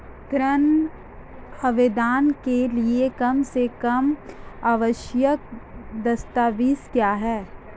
ऋण आवेदन के लिए कम से कम आवश्यक दस्तावेज़ क्या हैं?